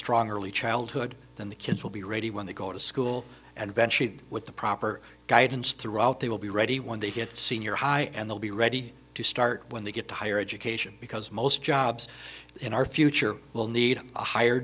strong early childhood then the kids will be ready when they go to school and eventually with the proper guidance throughout they will be ready when they get senior high and they'll be ready to start when they get to higher education because most jobs in our future will need a higher